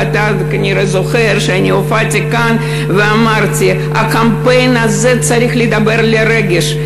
ואתה כנראה זוכר שאני הופעתי כאן ואמרתי: הקמפיין הזה צריך לדבר לרגש,